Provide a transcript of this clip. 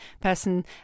person